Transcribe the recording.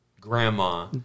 grandma